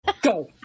Go